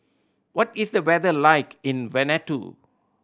what is the weather like in Vanuatu